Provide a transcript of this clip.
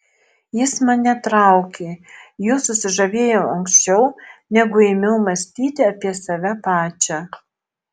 jis mane traukė juo susižavėjau anksčiau negu ėmiau mąstyti apie save pačią